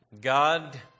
God